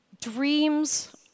Dreams